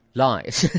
lies